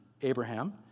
Abraham